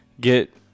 get